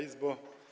Izbo!